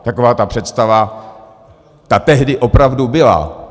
Takováto představa, ta tehdy opravdu byla.